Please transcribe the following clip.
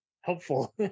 helpful